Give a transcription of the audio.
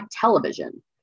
television